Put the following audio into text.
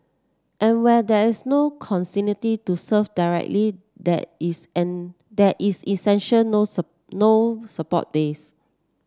and when there is no to serve directly there is an there is essential no no support base